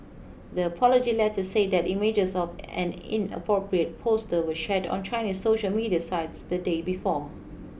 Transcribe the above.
the apology letter said that images of an inappropriate poster were shared on Chinese social media sites the day before